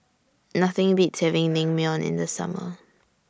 Nothing Beats having Naengmyeon in The Summer